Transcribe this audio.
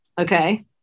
Okay